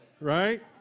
right